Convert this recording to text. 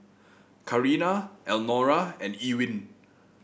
Karina Elnora and Ewin